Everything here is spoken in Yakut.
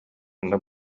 уонна